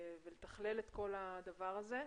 ולתכלל את כל הדבר הזה.